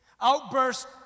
outbursts